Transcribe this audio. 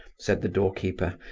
said the door-keeper,